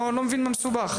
אני לא מבין למה זה מסובך.